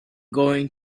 going